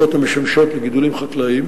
נעשתה פעילות יזומה על-ידי המפקד הצבאי באזור